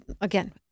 again